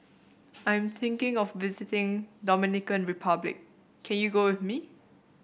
I am thinking of visiting Dominican Republic can you go with me